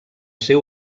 ser